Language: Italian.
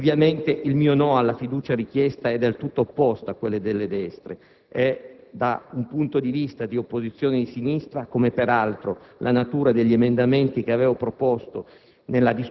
Ovviamente il mio "no" alla fiducia richiesta è del tutto opposto a quello delle destre. È da un punto di vista di opposizione di sinistra, come peraltro la natura degli emendamenti che avevo proposto